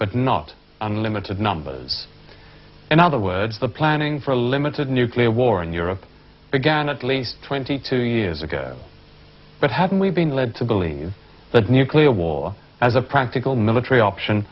but not unlimited numbers in other words the planning for a limited nuclear war in europe began at least twenty two years ago but haven't we been led to believe that nuclear war as a practical military option